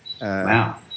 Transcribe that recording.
Wow